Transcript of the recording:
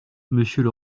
monsieur